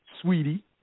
Sweetie